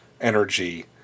energy